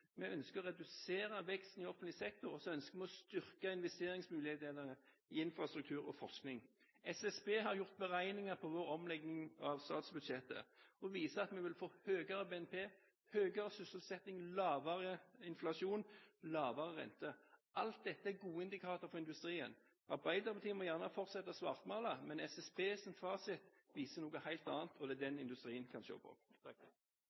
Vi ønsker å redusere veksten i offentlig sektor, og så ønsker vi å styrke investeringsmulighetene i infrastruktur og forskning. SSB har gjort beregninger på vår omlegging av statsbudsjettet som viser at vi vil få høyere BNP, høyere sysselsetting, lavere inflasjon og lavere rente. Alt dette er gode indikatorer for industrien. Arbeiderpartiet må gjerne fortsette å svartmale, men SSBs fasit viser noe helt annet, og det er den industrien kan se på.